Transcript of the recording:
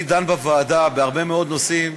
אני דן בוועדה בהרבה מאוד נושאים,